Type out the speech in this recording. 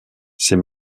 ces